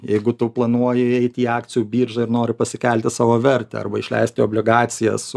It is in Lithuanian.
jeigu tu planuoji eiti į akcijų biržą ir nori pasikelti savo vertę arba išleisti obligacijas